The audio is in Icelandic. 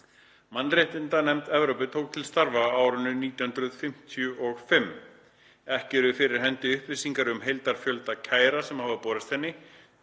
Mannréttindanefnd Evrópu tók til starfa á árinu 1955. Ekki eru fyrir hendi upplýsingar um heildarfjölda kæra sem hafa borist henni,